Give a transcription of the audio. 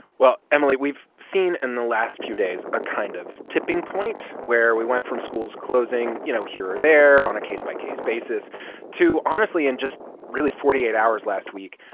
well, emily, we've seen in the last few days a kind of tipping point where we went from schools closing, you know, here or there on a case-by-case basis to, honestly in just really forty eight hours last week,